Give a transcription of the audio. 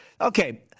okay